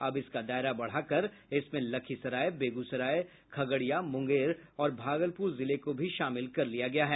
अब इसका दायरा बढ़ाकर इसमें लखीसराय बेगूसराय खगड़िया मुंगेर और भागलपुर जिले को भी शामिल कर लिया गया है